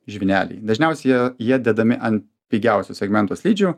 žvyneliai dažniausiai jie jie dedami an pigiausio segmento slidžių